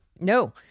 No